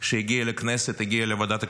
שהגיע לכנסת, הגיע לוועדת הכספים,